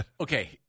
Okay